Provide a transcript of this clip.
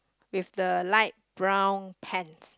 with the light brown pants